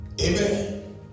Amen